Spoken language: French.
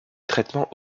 traitement